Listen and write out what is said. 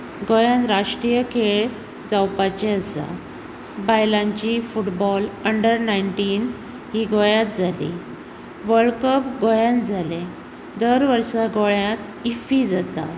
गोंयान राष्ट्रीय खेळ जावपाचे आसा बायलांची फुटबॉल अंडर नायटीन हि गोंयात जाली वर्ल्ड कप गोंयात जाले दर वर्सा गोंयांत इफ्फी जाता